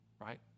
right